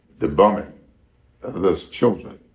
the bombing of those children